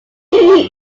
kind